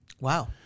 Wow